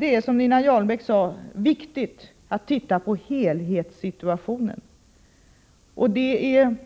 Det är, som Nina Jarlbäck sade, viktigt att se på helhetssituationen. Det är